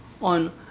on